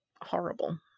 horrible